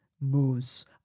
moves